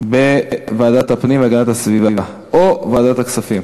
בוועדת הפנים והגנת הסביבה או בוועדת הכספים.